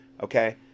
okay